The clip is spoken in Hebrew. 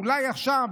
אולי עכשיו,